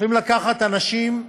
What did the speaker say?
הולכים לקחת אנשים עריריים,